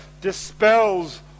dispels